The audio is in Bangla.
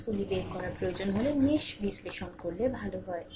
কারেন্টগুলি বের করা প্রয়োজন হলে মেশ বিশ্লেষণের করলে ভালো হয়